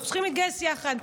אנחנו צריכים להתגייס יחד.